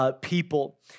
People